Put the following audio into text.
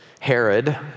Herod